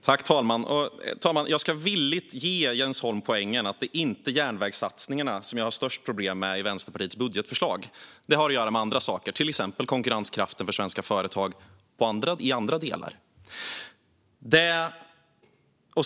Herr talman! Jag ska villigt ge Jens Holm poängen att det inte är järnvägssatsningarna som jag har störst problem med i Vänsterpartiets budgetförslag. Det har att göra med andra saker, till exempel konkurrenskraften för svenska företag i andra delar.